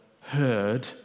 heard